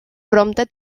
prompte